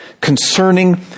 concerning